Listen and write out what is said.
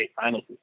Finals